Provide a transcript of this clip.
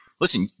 listen